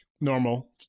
Normal